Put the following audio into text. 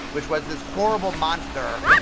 which was this horrible monster,